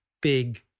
big